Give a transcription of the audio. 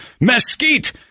mesquite